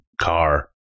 car